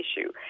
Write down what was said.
issue